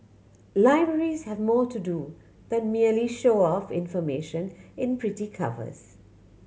libraries have more to do than merely show off information in pretty covers